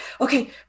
okay